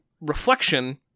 reflection